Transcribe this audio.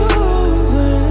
over